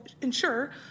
ensure